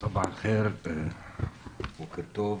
בוקר טוב.